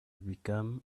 become